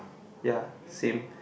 ya same